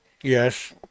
Yes